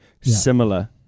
similar